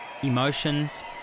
Emotions